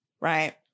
Right